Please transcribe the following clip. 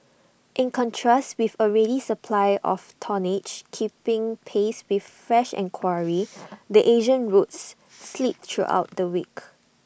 in contrast with A ready supply of tonnage keeping pace with fresh enquiry the Asian routes slipped throughout the week